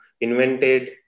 invented